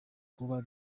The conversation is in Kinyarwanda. kuba